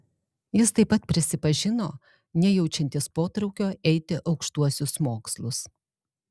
jis taip pat prisipažino nejaučiantis potraukio eiti aukštuosius mokslus